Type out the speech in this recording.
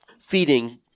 feeding